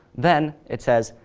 then it says,